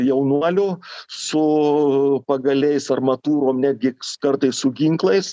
jaunuolių su pagaliais armatūrom netgi kartais su ginklais